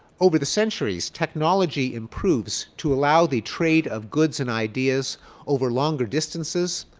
over the centuries, technology improves to allow the trade of goods and ideas over longer distances,